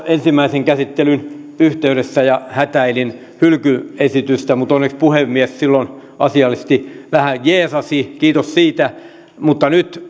ensimmäisen käsittelyn yhteydessä ja hätäilin hylkyesitystä mutta onneksi puhemies silloin asiallisesti vähän jeesasi kiitos siitä mutta